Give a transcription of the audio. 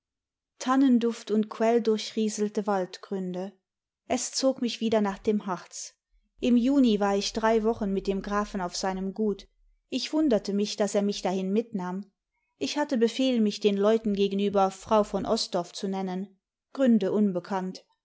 tannenduft und quelldurchrieselte waldgründe es zog mich wieder nach dem harz im juni war ich drei wochen mit dem grafen auf seinem gut ich wunderte mich daß er mich dahin mitnahm ich hatte befehl mich den leuten gegenüber frau von osdorff zu nennen gründe unbekannt